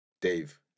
Dave